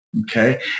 okay